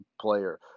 player